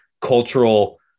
cultural